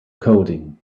coding